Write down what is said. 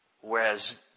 Whereas